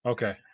Okay